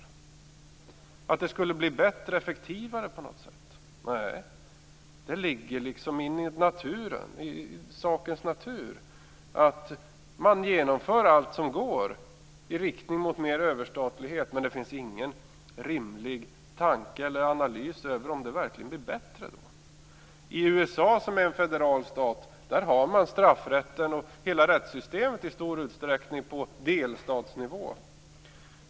Skulle det bli bättre och effektivare på något sätt? Nej. Det ligger liksom i sakens natur att man genomför allt som går att genomföra i riktning mot mer överstatlighet, men det finns ingen rimlig analys av om det verkligen blir bättre då. I USA, som är en federal stat, har man i stor utsträckning straffrätten och hela rättssystemet på delstatsnivå.